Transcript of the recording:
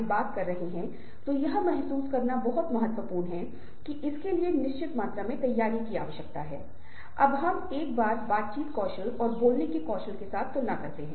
हम महसूस करते हैं कि सॉफ्ट स्किल्स के संदर्भ में कम्युनिकेशन बहुत महत्वपूर्ण है लेकिन फिर आप मुझसे पूछेंगे कि कम्युनिकेशन के एप्लिकेशन में सीधे क्यों ना जाएँसीधे सुनने और बोलने के स्किल में ही क्यों न जाएं